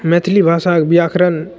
मैथिली भाषाके व्याकरण